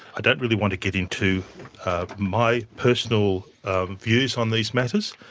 i don't really want to get into my personal views on these matters.